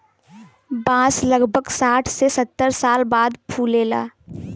बांस लगभग साठ से सत्तर साल बाद फुलला